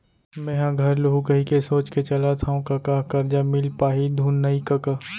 मेंहा घर लुहूं कहिके सोच के चलत हँव कका करजा मिल पाही धुन नइ कका